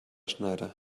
schneider